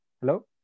Hello